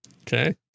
okay